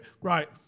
Right